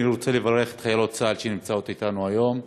אני רוצה לברך את חיילות צה"ל שנמצאות אתנו היום,